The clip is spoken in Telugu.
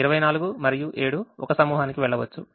24 మరియు 7 1 సమూహానికి వెళ్ళవచ్చు